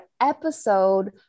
episode